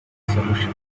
solution